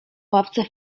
ławce